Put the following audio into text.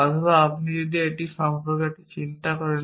অথবা আপনি যদি এটি সম্পর্কে একটু চিন্তা করেন